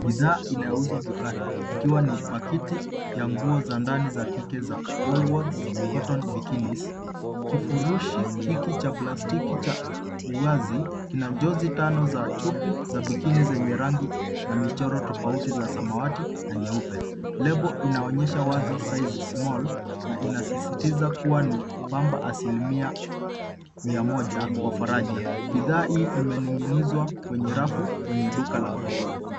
Bidhaa inayouzwa dukani ikiwa ni pakiti ya nguo za ndani za kike za woolworths cotton bikinis . Kifurushi hiki cha plastiki cha wazi kina njozi tano za chupi za bikini zenye rangi na michoro tofauti za samawati na nyeupe. Lebo inaonyesha wazi size small na inasisitiza kuwa ni pamba asilimia mia moja kwa faraja. Bidhaa hii imening'inizwa kwenye rafu kwenye duka la nguo.